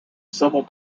civil